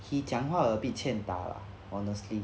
he 讲话 a bit 欠打 lah honestly